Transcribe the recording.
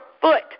foot